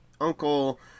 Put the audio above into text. uncle